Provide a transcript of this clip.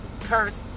cursed